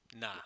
Nah